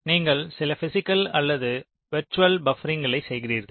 நீங்கள் சில பிஸிக்கல் அல்லது வெர்ச்சுவல் பப்பரிங்களைச் செய்கிறீர்கள்